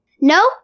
No